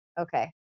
Okay